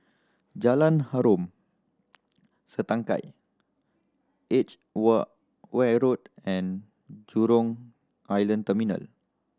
Jalan Harom Setangkai edge wool ware Road and Jurong Island Terminal